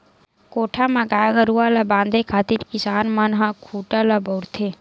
कोठा म गाय गरुवा ल बांधे खातिर किसान मन ह खूटा ल बउरथे